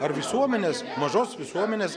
ar visuomenės mažos visuomenės